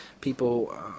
people